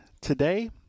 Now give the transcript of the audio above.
today